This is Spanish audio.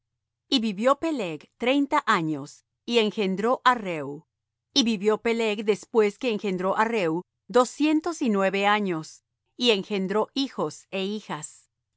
y vivió peleg treinta años y engendró á reu y vivió peleg después que engendró á reu doscientos y nueve años y engendró hijos é hijas